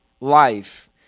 life